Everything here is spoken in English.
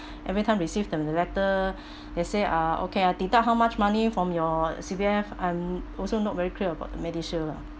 every time received them the letter they say uh okay ah deduct how much money from your C_P_F I'm also not very clear about the medishield lah